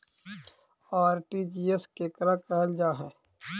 RTGS केकरा कहल जा है?